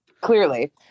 Clearly